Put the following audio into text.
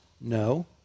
No